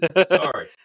Sorry